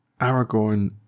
Aragorn